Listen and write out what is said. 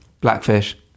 Blackfish